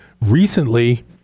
Recently